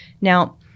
Now